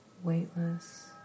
Weightless